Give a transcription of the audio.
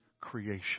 creation